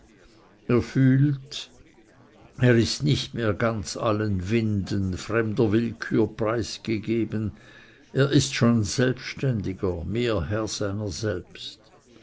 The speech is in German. er fühlt er ist nicht mehr ganz allen winden fremder willkür preisgegeben er ist schon selbständiger mehr herr seiner selbst